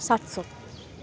सात सौ